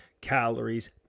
calories